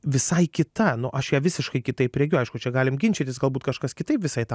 visai kita nu aš ją visiškai kitaip regiu aišku čia galim ginčytis galbūt kažkas kitaip visai tą